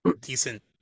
decent